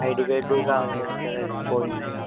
ID card కావాలి కదా sir అది పోయిందండి